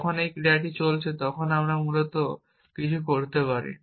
যখন এই ক্রিয়াটি চলছে তখন আমি মূলত কিছু করতে পারি